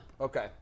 Okay